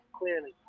Clearly